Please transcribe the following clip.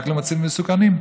רק למצבים מסוכנים: